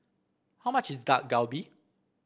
how much is Dak Galbi